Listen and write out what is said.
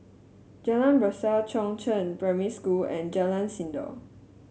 Jalan Besar Chongzheng Primary School and Jalan Sindor